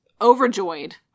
overjoyed